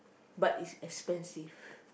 but is expensive